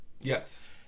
Yes